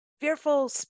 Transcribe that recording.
fearful